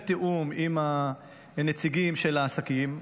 בתיאום עם הנציגים של העסקים.